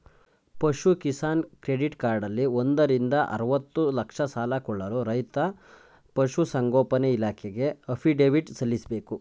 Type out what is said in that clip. ಪಶು ಕಿಸಾನ್ ಕ್ರೆಡಿಟ್ ಕಾರ್ಡಲ್ಲಿ ಒಂದರಿಂದ ಅರ್ವತ್ತು ಲಕ್ಷ ಸಾಲ ಕೊಳ್ಳಲು ರೈತ ಪಶುಸಂಗೋಪನೆ ಇಲಾಖೆಗೆ ಅಫಿಡವಿಟ್ ಸಲ್ಲಿಸ್ಬೇಕು